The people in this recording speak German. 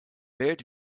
welt